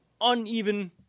uneven